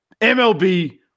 MLB